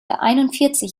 einundvierzig